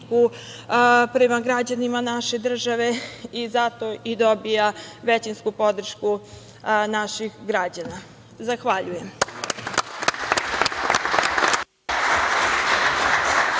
prema građanima naše države i zato i dobija većinsku podršku naših građana. Zahvaljujem.